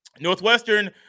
northwestern